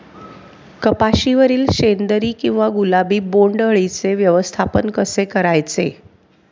कपाशिवरील शेंदरी किंवा गुलाबी बोंडअळीचे व्यवस्थापन कसे करायचे?